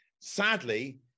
sadly